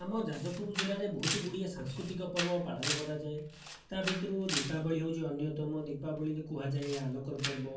ଆମ ଯାଜପୁର ଜିଲ୍ଲାରେ ବହୁତ ଗୁଡ଼ିଏ ସାଂସ୍କୃତିକ ପର୍ବ ପାଳନ କରାଯାଏ ତା ଭିତରୁ ଦୀପାବଳୀ ହେଉଛି ଅନ୍ୟତମ ଦୀପାବଳୀକି କୁହାଯାଏ ଆଲୋକର ପର୍ବ